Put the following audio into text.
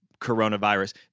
coronavirus